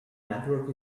network